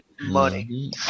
money